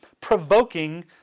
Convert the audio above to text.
provoking